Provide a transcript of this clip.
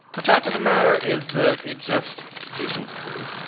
the fact of the matter is that it just isn't true,